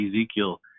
Ezekiel